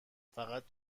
فقط